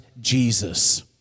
Jesus